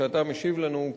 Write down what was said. שאתה משיב לנו,